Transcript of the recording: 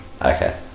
okay